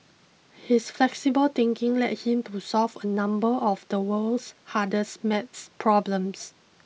his flexible thinking led him to solve a number of the world's hardest math problems